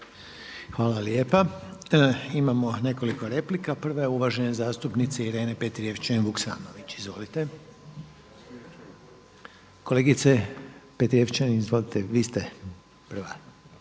Hvala lijepa. Imamo nekoliko replika. Prva je uvažene zastupnice Irene Petrijevčanin-Vuksanović. Izvolite. Kolegice Petrijevčanin izvolite vi ste prva.